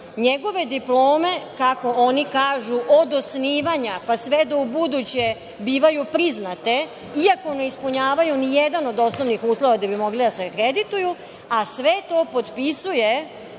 njegove diplome, kako oni kažu, od osnivanja pa sve do ubuduće bivaju priznate, iako ne ispunjavaju ni jedan od osnovnih uslova da bi mogle da se akredituju, a sve to potpisuje